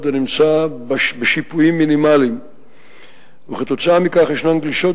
מתנקזים לתחנת שאיבה מזרחית, משם נסנקים לתחנת